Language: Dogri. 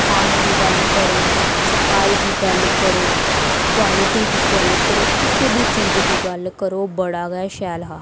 खाने दी गल्ल करो सफाई दी गल्ल करो क्बालटी दी गल्ल करो किसे बी चीज दी गल्ल करो बड़ा गै शैल हा